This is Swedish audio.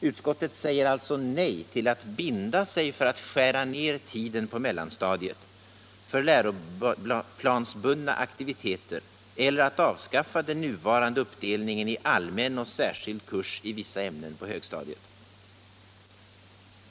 Utskottet säger alltså nej till att binda sig för att skära ner tiden på mellanstadiet för läroplansbundna aktiviteter eller att avskaffa den nuvarande uppdelningen i allmän och särskild kurs i vissa ämnen på högstadiet.